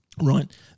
right